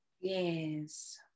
yes